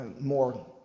more